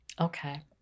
Okay